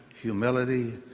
humility